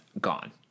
gone